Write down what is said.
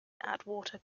atwater